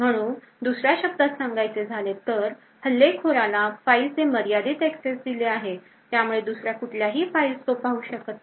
म्हणून दुसर्या शब्दात सांगायचे झाले तर हल्लेखोराला फाईलचे मर्यादित एक्सेस दिले आहे त्यामुळे दुसरे कुठल्याही फाइल्स तो पाहू शकत नाही